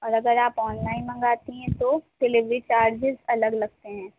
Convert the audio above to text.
اور اگر آپ آن لائن منگاتی ہیں تو ڈلیوری چارجز الگ لگتے ہیں